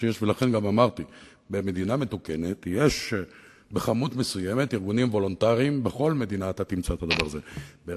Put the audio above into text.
אני אומר את זה דווקא על חשבון זה שיש לנו זמן,